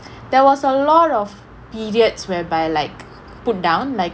there was a lot of idiots whereby like put down like